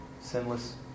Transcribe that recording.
Sinless